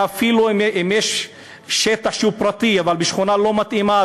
ואפילו אם יש שטח פרטי אבל בשכונה לא מתאימה,